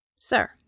Sir